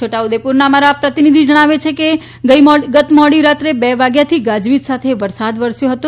છોટાઉદેપુર જિલ્લાના પ્રતિનિધિ જણાવે છે કે ગઇ મોડી રાત્રે બે વાગ્યાથી ગાજવીજ સાથે વરસાદ વરસ્યો હતો